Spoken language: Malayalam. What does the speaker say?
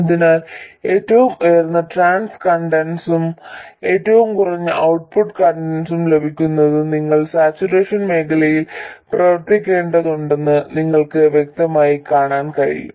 അതിനാൽ ഏറ്റവും ഉയർന്ന ട്രാൻസ് കണ്ടക്ടൻസും ഏറ്റവും കുറഞ്ഞ ഔട്ട്പുട്ട് കണ്ടക്ടൻസും ലഭിക്കുന്നതിന് നിങ്ങൾ സാച്ചുറേഷൻ മേഖലയിൽ പ്രവർത്തിക്കേണ്ടതുണ്ടെന്ന് നിങ്ങൾക്ക് വ്യക്തമായി കാണാൻ കഴിയും